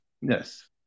Yes